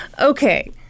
Okay